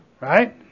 right